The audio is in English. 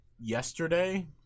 yesterday